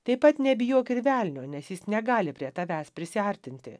taip pat nebijok ir velnio nes jis negali prie tavęs prisiartinti